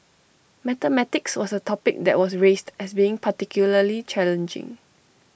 mathematics was A topic that was raised as being particularly challenging